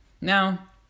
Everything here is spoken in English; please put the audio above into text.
Now